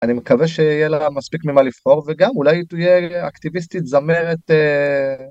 אני מקווה שיהיה לך מספיק ממה לבחור וגם אולי תהיה אקטיביסטית זמרת.